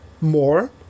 more